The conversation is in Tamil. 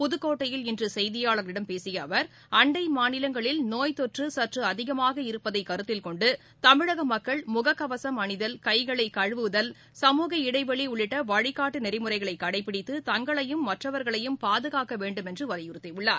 புதுக்கோட்டையில் இன்றுசெய்தியாளர்களிடம் பேசியஅவர் அண்டைமாநிலங்களில் நோய் தொற்றுசற்றுஅதிகமாக இருப்பதைகருத்தில்கொண்டுதமிழகமக்கள் முகக்கவசம் அணிதல் கைகளைகழுவுதல் சமூக இடைவெளிஉள்ளிட்டவழிகாட்டுநெறிமுறைகளைகளடபிடித்து தங்களையும் மற்றவர்களையும் பாதுகாக்கவேண்டும் என்றுவலியுறுத்தியுள்ளார்